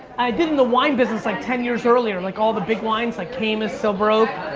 i did in the wine business like ten year earlier, like all the big wines like caymus, silver oak.